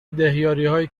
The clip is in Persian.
دهیاریهای